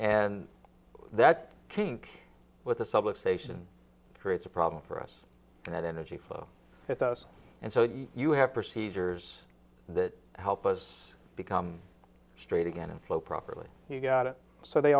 and that kink with the subway station creates a problem for us and that energy flows with us and so you have procedures that help us become straight again and flow properly you've got it so they